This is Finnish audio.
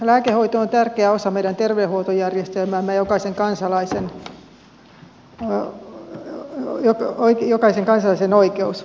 lääkehoito on tärkeä osa meidän terveydenhuoltojärjestelmäämme ja jokaisen kansalaisen oikeus